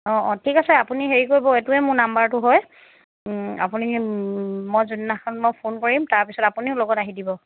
অঁ অঁ ঠিক আছে আপুনি হেৰি কৰিব এইটোৱে মোৰ নাম্বাৰটো হয় আপুনি মই যোনদিনাখন মই ফোন কৰিম তাৰপিছত আপুনিও লগত আহি দিব